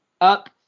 up